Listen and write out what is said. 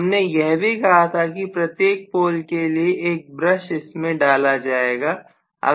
हमने यह भी कहा था कि प्रत्येक पोल के लिए एक ब्रश इसमें डाला जाएगा